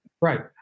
Right